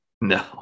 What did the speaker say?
No